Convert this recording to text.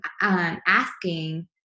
asking